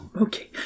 Okay